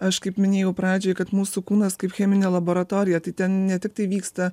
aš kaip minėjau pradžioj kad mūsų kūnas kaip cheminė laboratorija tai ten ne tiktai vyksta